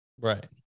right